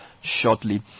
shortly